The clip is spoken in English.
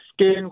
skin